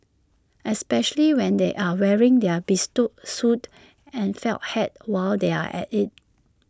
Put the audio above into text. especially when they are wearing their bespoke suits and felt hats while they are at IT